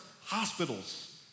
hospitals